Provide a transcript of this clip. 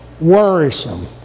worrisome